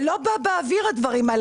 זה לא בא באוויר הדברים האלה.